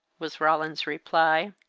was roland's reply.